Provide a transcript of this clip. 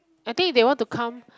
I think if they want to come